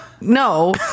No